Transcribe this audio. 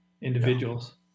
individuals